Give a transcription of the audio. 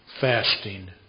Fasting